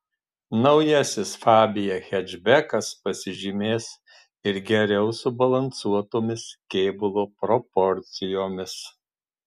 naujasis fabia hečbekas pasižymės ir geriau subalansuotomis kėbulo proporcijos